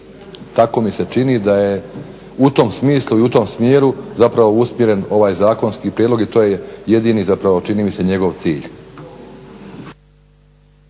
Tako mi se čini da je u tom smislu i u tom smjeru zapravo usmjeren ovaj zakonski prijedlog i to je jedini zapravo čini mi se njegov cilj.